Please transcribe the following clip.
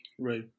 Right